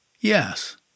Yes